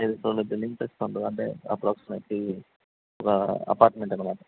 ఐదు ఫ్లోర్ల బిల్డింగ్ చేస్తాను అంటే అప్రాక్స్మెట్లీ ఒక అపార్ట్మెంట్ అన్నమాట